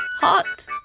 hot